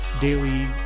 daily